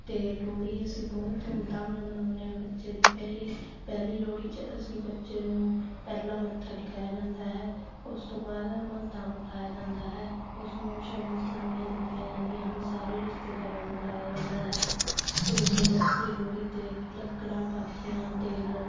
ਅਤੇ ਲੋਹੜੀ ਅਸੀਂ ਬਹੁਤ ਧੂਮਧਾਮ ਨਾਲ ਮਨਾਉਂਦੇ ਹਾਂ ਬੱਚੇ ਦੀ ਪਹਿਲੀ ਪਹਿਲੀ ਲੋਹੜੀ 'ਚ ਅਸੀਂ ਬੱਚੇ ਨੂੰ ਪਹਿਲਾਂ ਮੱਥਾ ਟਿਕਾਇਆ ਜਾਂਦਾ ਹੈ ਉਸ ਤੋਂ ਬਾਅਦ ਮਹੰਤਾਂ ਨੂੰ ਬੁਲਾਇਆਂ ਜਾਂਦਾ ਹੈ ਉਸ ਨੂੰ ਸ਼ਗਨ ਸਲਾਮੀਆਂ ਦਿੱਤੀਆਂ ਜਾਂਦੀਆਂ ਹਨ ਸਾਰੇ ਰਿਸ਼ਤੇਦਾਰਾਂ ਨੂੰ ਬੁਲਾਇਆ ਜਾਂਦਾ ਹੈ ਅਤੇ ਫਿਰ ਅਸੀਂ ਲੋਹੜੀ 'ਤੇ ਲੱਕੜਾਂ ਪਾਥੀਆਂ ਤੇਲ